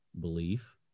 belief